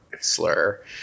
slur